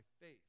faith